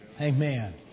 Amen